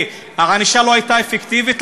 והענישה לא הייתה אפקטיבית,